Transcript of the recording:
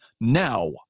now